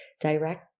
direct